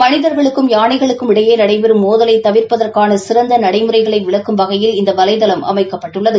மனிதர்களுக்கும் யானைகளுக்கும் இடையே நடைபெறும் மோதலை தவிர்ப்பதற்கான சிறந்த நடைமுறைகளை விளக்கும் வகையில் இந்த வலைதளம் அமைக்கப்பட்டுள்ளது